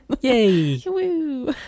yay